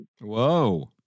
Whoa